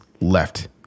left